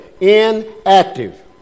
inactive